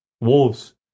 Wolves